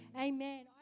Amen